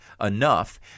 enough